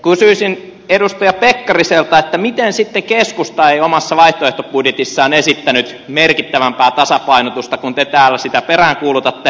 kysyisin edustaja pekkariselta miten sitten keskusta ei omassa vaihtoehtobudjetissaan esittänyt merkittävämpää tasapainotusta kun te täällä sitä peräänkuulutatte